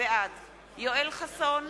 בעד יואל חסון,